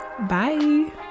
Bye